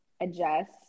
adjust